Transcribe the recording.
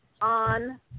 On